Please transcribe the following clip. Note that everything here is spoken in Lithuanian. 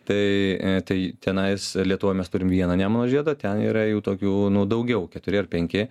tai tai tenais lietuvoj mes turim vieną nemuno žiedą ten yra jų tokių nu daugiau keturi ar penki